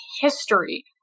history